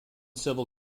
civil